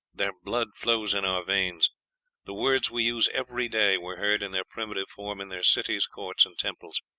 their blood flows in our veins the words we use every day were heard, in their primitive form, in their cities, courts, and temples.